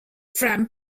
from